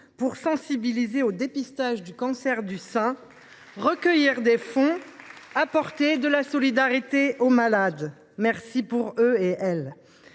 pour sensibiliser au dépistage du cancer du sein, recueillir des fonds et apporter de la solidarité aux malades. Merci pour eux et pour elles.